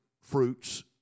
fruits